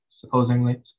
supposedly